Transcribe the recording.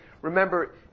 remember